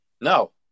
No